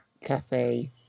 cafe